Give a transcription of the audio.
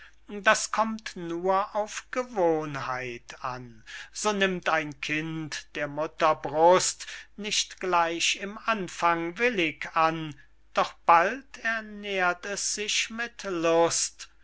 das kommt nur auf gewohnheit an so nimmt ein kind der mutter brust nicht gleich im anfang willig an doch bald ernährt es sich mit lust